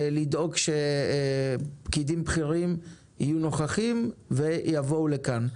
לדאוג שפקידים בכירים יהיו נוכחים ויבואו לכאן.